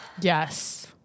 Yes